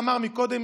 שאמר קודם,